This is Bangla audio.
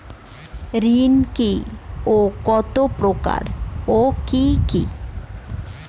ঋণ কি ও কত প্রকার ও কি কি?